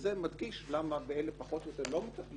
זה מדגיש למה באלה פחות או יותר לא מטפלים,